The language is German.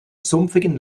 sumpfigen